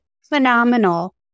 phenomenal